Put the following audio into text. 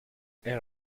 elle